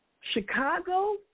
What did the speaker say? Chicago